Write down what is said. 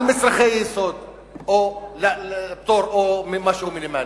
על מצרכי יסוד, או פטור או משהו מינימלי,